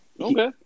Okay